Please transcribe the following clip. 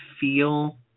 feel